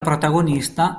protagonista